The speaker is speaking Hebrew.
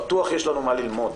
בטוח יש לנו מה ללמוד,